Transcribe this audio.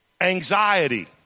anxiety